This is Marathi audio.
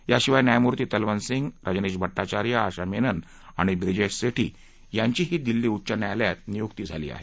याशिवाय न्यायमूर्ती तलवंत सिंह रजनीश भट्टाचार्य आशा मेनन आणि ब्रिजेश सेठी यांचीही दिल्ली उच्च न्यायालयात नियुक्ती झाली आहे